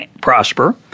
prosper